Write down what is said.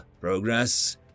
progress